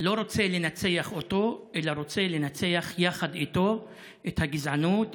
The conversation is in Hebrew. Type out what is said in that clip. לא רוצה לנצח אותו אלא רוצה לנצח יחד איתו את הגזענות,